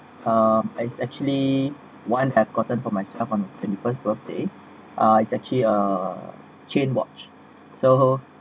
uh it's actually one have gotten for myself on twenty first birthday uh it's actually uh chain watch so